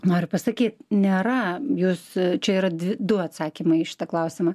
noriu pasakyt nėra jūs čia yra du atsakymai į šitą klausimą